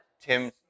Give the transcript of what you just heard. Tim